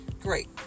Great